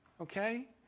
okay